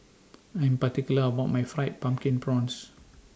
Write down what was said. I Am particular about My Fried Pumpkin Prawns